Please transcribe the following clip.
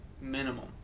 minimum